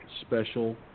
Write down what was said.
special